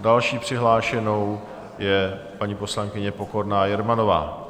Další přihlášenou je paní poslankyně Pokorná Jermanová.